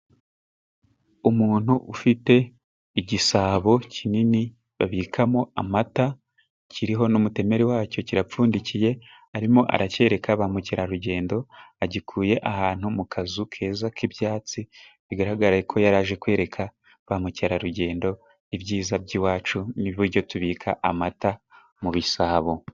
Umuntu ufite igisabo kinini babikamo amata kiriho n'umutemeri wacyo kirapfundikiye, arimo aracyereka bamukerarugendo agikuye ahantu mu kazu keza k'ibyatsi, bigaragara yuko yaraje kwereka ba mukerarugendo ibyiza by'iwacu n'ubujyo tubika amata mu bisabo.